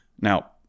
Now